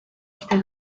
uste